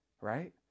Right